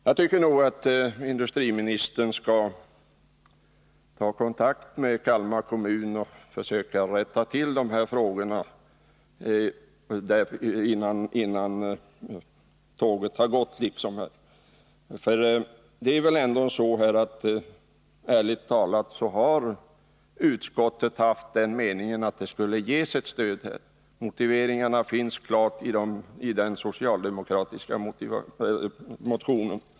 Jag tycker nog att industriministern skall ta kontakt med Kalmar kommun och försöka rätta till den här frågan — innan tåget har gått, så att säga. Det är väl ändå så, ärligt talat, att utskottet har haft den meningen att det skall ges ett stöd i detta fall. Motiveringarna finns klart angivna i den socialdemokratiska motionen.